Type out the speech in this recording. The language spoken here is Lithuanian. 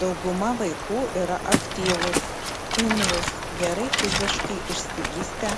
dauguma vaikų yra aktyvūs imlūs gerai fiziškai išsivystę